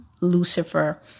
Lucifer